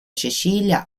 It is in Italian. cecilia